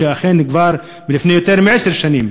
שכבר לפני יותר מעשר שנים,